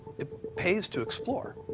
it pays to explore.